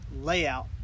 layout